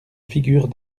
figure